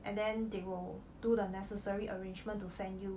and then they will do to the necessary arrangement to send you